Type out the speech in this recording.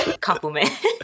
Compliment